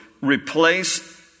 replace